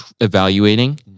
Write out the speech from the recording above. evaluating